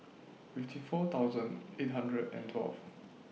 fifty four thousand eight hundred and twelve